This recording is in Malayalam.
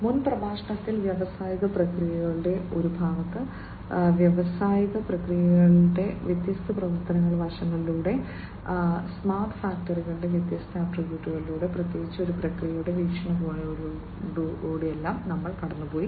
മുൻ പ്രഭാഷണത്തിൽ വ്യാവസായിക പ്രക്രിയകളുടെ ഒരു ഭാഗത്ത് വ്യാവസായിക പ്രക്രിയകളുടെ വ്യത്യസ്ത പ്രവർത്തന വശങ്ങളിലൂടെ സ്മാർട്ട് ഫാക്ടറികളുടെ വ്യത്യസ്ത ആട്രിബ്യൂട്ടുകളിലൂടെ പ്രത്യേകിച്ച് ഒരു പ്രക്രിയയുടെ വീക്ഷണകോണിലൂടെ ഞങ്ങൾ കടന്നുപോയി